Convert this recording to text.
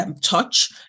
touch